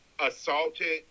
assaulted